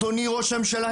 אדוני ראש הממשלה,